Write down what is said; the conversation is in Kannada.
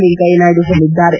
ವೆಂಕಯ್ಲನಾಯ್ಡು ಹೇಳಿದ್ದಾರೆ